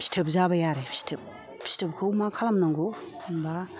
फिथोब जाबाय आरो फिथोब फिथोबखौ मा खालामनांगौ होनबा